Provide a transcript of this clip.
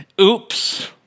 Oops